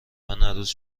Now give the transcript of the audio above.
عروس